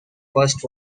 first